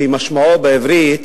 שמשמעו בעברית